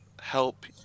help